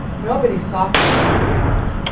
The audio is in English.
nobody saw her on her way out,